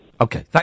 Okay